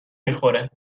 میخوره